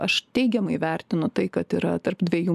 aš teigiamai vertinu tai kad yra tarp dviejų